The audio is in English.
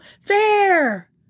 Fair